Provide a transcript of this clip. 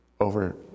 over